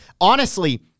Honestly-